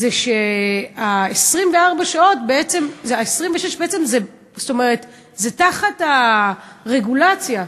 זה ש-26 השעות זה תחת הרגולציה,